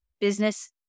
business